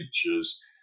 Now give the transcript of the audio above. features